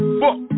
fuck